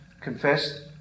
confessed